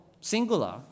singular